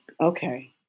okay